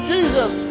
Jesus